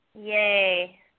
Yay